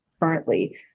currently